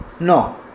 No